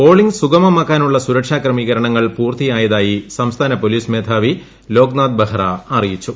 polling സുഗമമാക്കാനുള്ള സുരക്ഷ ക്രമീകരണങ്ങൾ പൂർത്തിയായതായി സംസ്ഥാന പോലീസ് മേധാവി ലോക്നാഥ് ബെഹ്റ അറിയിച്ചു